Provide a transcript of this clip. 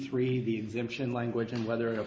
three the exemption language and whether